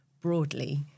broadly